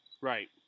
Right